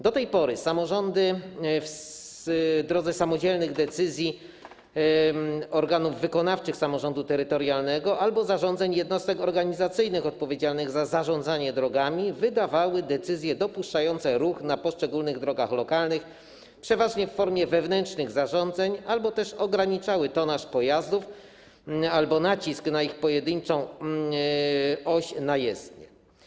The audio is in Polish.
Do tej pory samorządy, w drodze samodzielnych decyzji organów wykonawczych samorządu terytorialnego albo zarządzeń jednostek organizacyjnych odpowiedzialnych za zarządzanie drogami, wydawały decyzje dopuszczające ruch na poszczególnych drogach lokalnych przeważnie w formie wewnętrznych zarządzeń, które ograniczały albo tonaż pojazdów, albo nacisk ich pojedynczej osi na jezdnię.